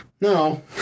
No